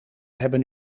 hebben